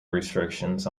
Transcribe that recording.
restrictions